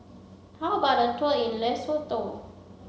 how about a tour in Lesotho